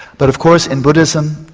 but of course in buddhism,